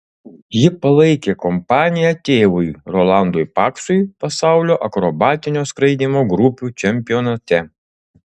ji palaikė kompaniją tėvui rolandui paksui pasaulio akrobatinio skraidymo grupių čempionate